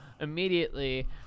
immediately